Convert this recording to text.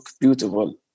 beautiful